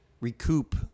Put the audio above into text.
recoup